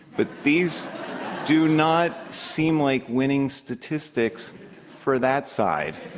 but these do not seem like winning statistics for that side.